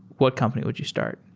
what company would you start?